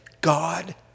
God